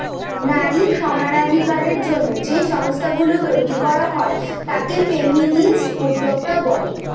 নারী সমানাধিকারের জন্য যে সংস্থা গুলো তৈরী করা হয় তাকে ফেমিনিস্ট উদ্যোক্তা বলে